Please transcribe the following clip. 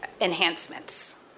enhancements